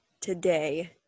today